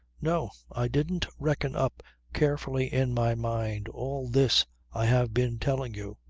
no! i didn't reckon up carefully in my mind all this i have been telling you.